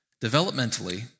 developmentally